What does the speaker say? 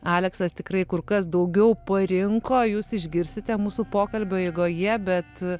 aleksas tikrai kur kas daugiau parinko jūs išgirsite mūsų pokalbio eigoje bet